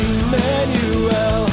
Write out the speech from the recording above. Emmanuel